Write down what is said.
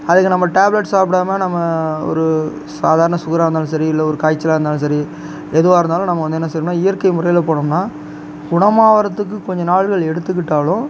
அதுக்கு நம்ம டேப்லெட்ஸ் சாப்பிடாமல் நம்ம ஒரு சாதாரண சுகராக இருந்தாலும் சரி இல்லை ஒரு காய்ச்சலாக இருந்தாலும் சரி எதுவாகயிருந்தாலும் நம்ம வந்து என்ன செய்யணுன்னா நம்ம வந்து இயற்கை முறையில் போனோம்ன்னா குணமாகிறத்துக்கு கொஞ்ச நாட்கள் எடுத்துக்கிட்டாலும்